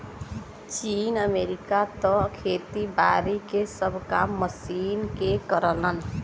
चीन, अमेरिका त खेती बारी के सब काम मशीन के करलन